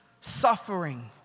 suffering